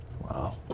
Wow